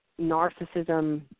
narcissism